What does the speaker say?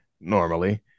Normally